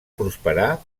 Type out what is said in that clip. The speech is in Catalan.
prosperar